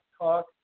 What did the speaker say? Talk